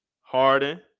Harden